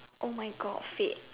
oh my God fate